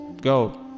go